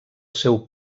seu